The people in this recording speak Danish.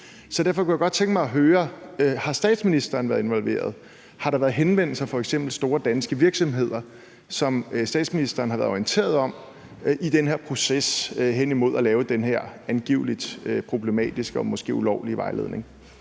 Derfor kunne jeg godt tænke mig at høre: Har statsministeren været involveret? Har der været henvendelser fra f.eks. store danske virksomheder, som statsministeren har været orienteret om, i den her proces hen imod at lave den her angiveligt problematiske og måske ulovlige vejledning?